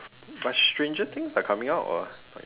but stranger things are coming out or uh like